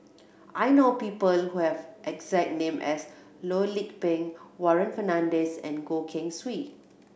I know people who have exact name as Loh Lik Peng Warren Fernandez and Goh Keng Swee